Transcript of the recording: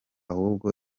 ahubwo